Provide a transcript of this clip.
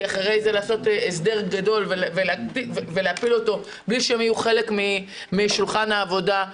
לעשות הסדר גדול בלי שהם יהיו חלק משולחן העבודה,